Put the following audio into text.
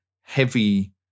heavy